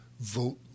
vote